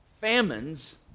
famines